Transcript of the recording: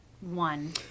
one